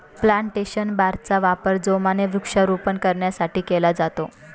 plantation बारचा वापर जोमाने वृक्षारोपण करण्यासाठी केला जातो